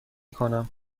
کنم